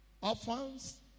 orphans